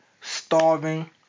starving